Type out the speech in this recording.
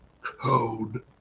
code